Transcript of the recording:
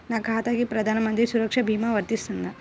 నా ఖాతాకి ప్రధాన మంత్రి సురక్ష భీమా వర్తిస్తుందా?